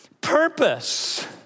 purpose